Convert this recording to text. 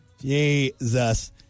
Jesus